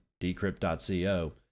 Decrypt.co